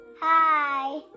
Hi